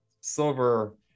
silver